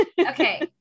okay